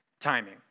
timing